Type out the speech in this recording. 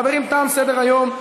חברים, תם סדר-היום.